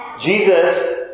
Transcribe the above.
Jesus